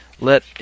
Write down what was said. Let